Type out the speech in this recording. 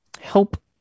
help